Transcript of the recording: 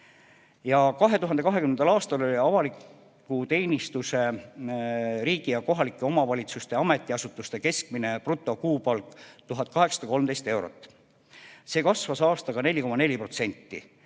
2020. aastal oli avaliku teenistuse riigi ja kohalike omavalitsuste ametiasutuste keskmine brutokuupalk 1813 eurot. See kasvas aastaga 4,4%.